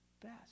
best